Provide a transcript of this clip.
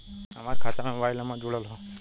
हमार खाता में मोबाइल नम्बर जुड़ल हो?